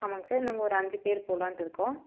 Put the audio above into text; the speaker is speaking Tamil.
ஆமாங்க சார் நாங்க ஒரு அஞ்சு பேர் போலான்ட்டு இருக்கோம்